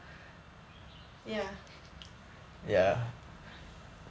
ya